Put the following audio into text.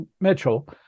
Mitchell